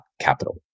Capital